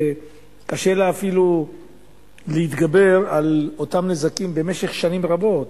קשה לה אפילו להתגבר על אותם נזקים במשך שנים רבות,